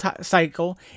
cycle